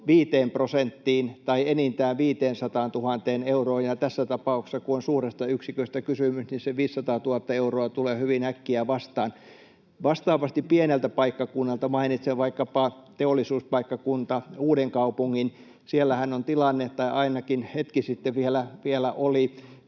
5 prosenttiin tai enintään 500 000 euroon. Ja tässä tapauksessa, kun on suuresta yksiköstä kysymys, se 500 000 euroa tulee hyvin äkkiä vastaan. Vastaavasti pieneltä paikkakunnalta mainitsen vaikkapa teollisuuspaikkakunta Uudenkaupungin. Siellähän on tilanne, tai ainakin hetki sitten vielä oli,